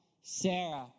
Sarah